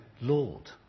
Lord